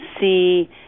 see